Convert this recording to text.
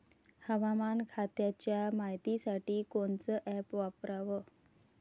हवामान खात्याच्या मायतीसाठी कोनचं ॲप वापराव?